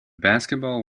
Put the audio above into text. basketball